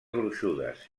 gruixudes